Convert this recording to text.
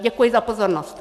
Děkuji za pozornost.